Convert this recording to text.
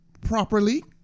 properly